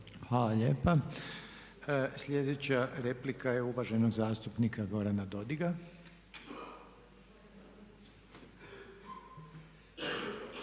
Hvala lijepa. Sljedeća replika je uvaženog zastupnika Gorana Dodiga.